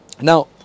Now